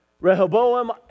Rehoboam